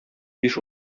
биш